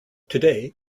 today